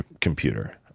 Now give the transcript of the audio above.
computer